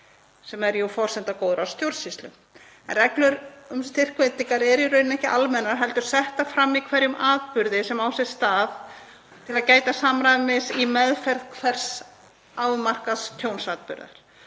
sem er jú forsenda góðrar stjórnsýslu. Reglur um styrkveitingar eru í rauninni ekki almennar heldur settar fram í hverjum atburði sem á sér stað til að gæta samræmis við meðferð hvers afmarkaðs tjónsatburðar.